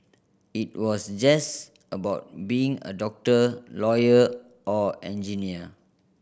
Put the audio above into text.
it was just about being a doctor lawyer or engineer